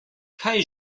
kaj